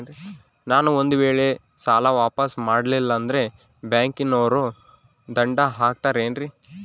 ನಾನು ಒಂದು ವೇಳೆ ಸಾಲ ವಾಪಾಸ್ಸು ಮಾಡಲಿಲ್ಲಂದ್ರೆ ಬ್ಯಾಂಕನೋರು ದಂಡ ಹಾಕತ್ತಾರೇನ್ರಿ?